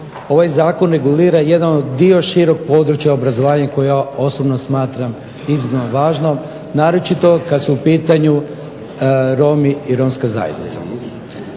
ovaj zakon regulira jedan dio širog područja obrazovanja koje ja osobno smatram izuzetno važno naročito kada su u pitanju Romi i Romska zajednica.